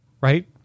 right